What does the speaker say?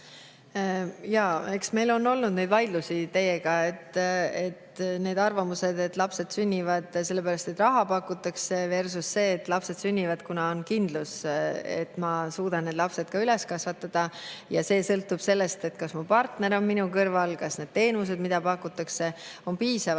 Jaa, eks meil ole olnud neid vaidlusi teiega nende arvamuste üle, kas lapsed sünnivad sellepärast, et raha pakutakse, versussee, kas lapsed sünnivad, kuna on kindlus, et ma suudan need lapsed üles kasvatada, ja see sõltub sellest, kas mu partner on minu kõrval ning kas need teenused, mida pakutakse, on piisavad.